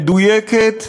מדויקת,